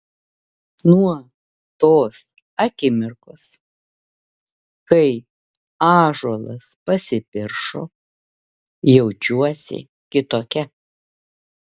nuo tos akimirkos kai ąžuolas pasipiršo jaučiuosi kitokia